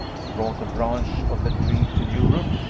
brought a branch of the tree to europe,